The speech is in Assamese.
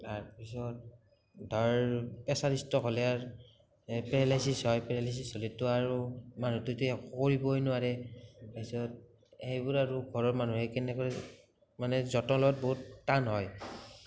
তাৰপিছত তাৰ প্ৰেছাৰ ষ্ট্ৰক হ'লে আৰ পেৰেলাইছিছ হয় পেৰেলাইছিছ হ'লেতো আৰু আমাৰ তেতিয়া কৰিবয়ে নোৱাৰে তাৰপিছত সেইবোৰ আৰু ঘৰৰ মানুহে কেনেকৰে মানে যতন লোৱাত বহুত টান হয়